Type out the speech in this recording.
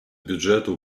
бюджету